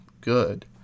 good